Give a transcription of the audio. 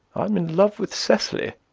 i'm in love with cecily,